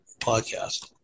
podcast